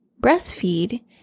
breastfeed